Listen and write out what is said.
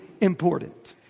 important